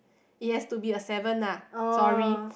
it has to be a seven lah sorry